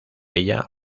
ella